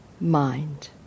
mind